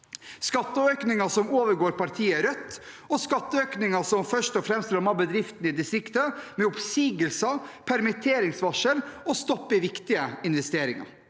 skatteøkninger som overgår partiet Rødt, og skatteøkninger som først og fremst rammer bedriftene i distriktene med oppsigelser, permitteringsvarsler og stopp i viktige investeringer.